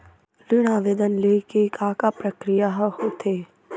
ऋण आवेदन ले के का का प्रक्रिया ह होथे?